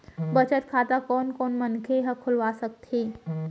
बचत खाता कोन कोन मनखे ह खोलवा सकत हवे?